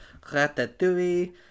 Ratatouille